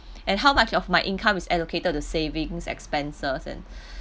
and how much of my income is allocated to savings expenses and